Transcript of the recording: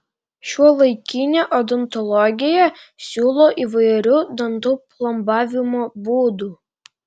šiuolaikinė odontologija siūlo įvairių dantų plombavimo būdų